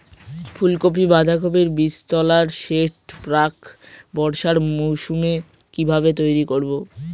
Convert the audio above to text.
ফুলকপি বাধাকপির বীজতলার সেট প্রাক বর্ষার মৌসুমে কিভাবে তৈরি করব?